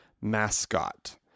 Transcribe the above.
mascot